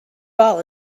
ball